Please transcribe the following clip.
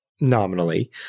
nominally